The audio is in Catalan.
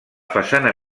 façana